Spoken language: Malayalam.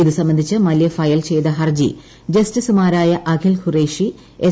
ഇതു സംബന്ധിച്ച് മല്ല്യ ഫയൽ ചെയ്ത ഹർജി ജസ്റ്റിസുമാരായ അഖിൽ ഖുറേഷി എസ്